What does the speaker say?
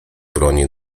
broni